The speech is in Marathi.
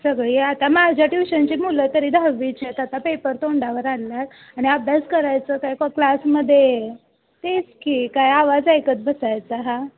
सगळी आता माझ्या ट्यूशनची मुलं तरी दहावीची आहेत आता पेपर तोंडावर आलेले आहेत आणि अभ्यास करायचं काय क्लासमध्ये तेच की काय आवाज ऐकत बसायचा हा